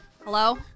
Hello